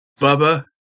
Bubba